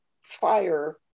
fire